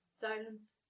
Silence